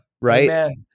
Right